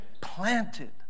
Planted